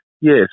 Yes